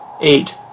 Eight